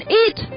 eat